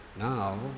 Now